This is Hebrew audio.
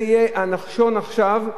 שזה יהיה הנחשול עכשיו.